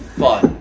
fun